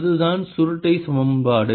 அதுதான் சுருட்டை சமன்பாடு